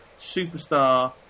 superstar